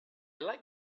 like